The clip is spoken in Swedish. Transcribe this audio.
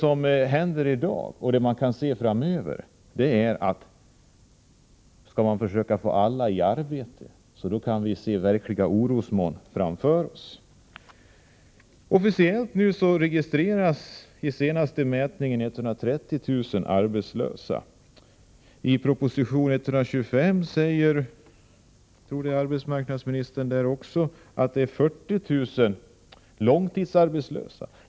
Om vi vill försöka få alla i arbete, då kan vi se att orosmolnen tornar upp sig. Officiellt registrerades vid senaste mätningen 130 000 arbetslösa. I proposition 125 säger arbetsmarknadsministern att det är 40 000 långtidsarbetslösa.